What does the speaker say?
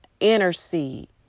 intercede